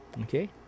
okay